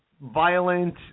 Violent